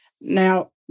now